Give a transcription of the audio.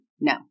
No